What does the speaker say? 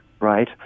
Right